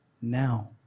now